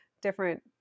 different